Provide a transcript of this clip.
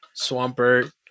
Swampert